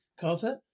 Carter